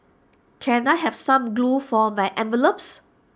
can I have some glue for my envelopes